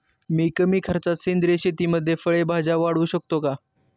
मी कमी खर्चात सेंद्रिय शेतीमध्ये फळे भाज्या वाढवू शकतो का?